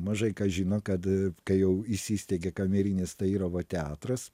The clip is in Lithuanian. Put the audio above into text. mažai kas žino kad kai jau įsisteigė kamerinis tairovo teatras